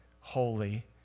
holy